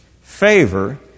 Favor